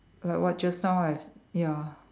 like what just now I ya